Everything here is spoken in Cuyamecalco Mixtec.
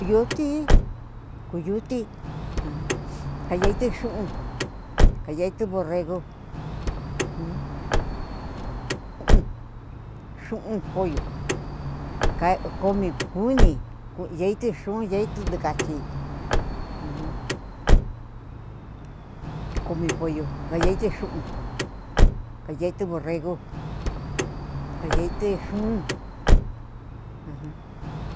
Yuti kuyuti kayeitü xu'un kayeitü borrego jun xu'un pollo come kuni yeitü xun yeitü ntukatyi ujun come pollo kayeitü xu'un kayeitü borregu kayeitü xun ajan.